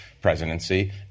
presidency